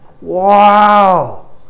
Wow